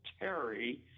terry